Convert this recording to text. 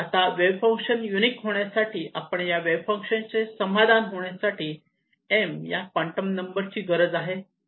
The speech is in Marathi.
आता वेव्ह फंक्शन युनिक होण्यासाठी आणि या वेव्ह फंक्शन चे समाधान होण्यासाठी m या क्वांटम नंबर ची गरज आहे